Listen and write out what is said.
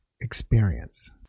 experience